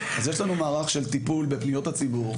אז יש לנו מערך של טיפול בפניות הציבור.